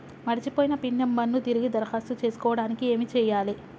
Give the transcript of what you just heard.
మర్చిపోయిన pin number ను తిరిగి దరఖాస్తు చేసుకోవడానికి ఏమి చేయాలే?